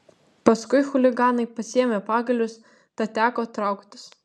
paskui chuliganai pasiėmė pagalius tad teko trauktis